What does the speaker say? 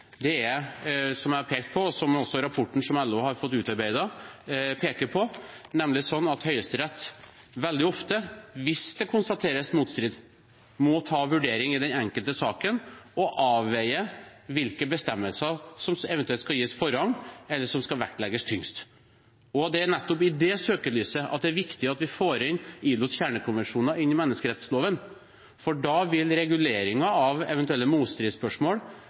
Det er – som jeg har pekt på, og som også rapporten som LO har fått utarbeidet, peker på – nemlig sånn at Høyesterett veldig ofte, hvis det konstateres motstrid, må vurdere i den enkelte saken, og avveie hvilke bestemmelser som eventuelt skal gis forrang, eller som skal vektlegges tyngst. Det er nettopp i det søkelyset det er viktig at vi får ILOs kjernekonvensjoner inn i menneskerettsloven. Da vil reguleringen av eventuelle